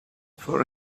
for